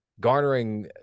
Garnering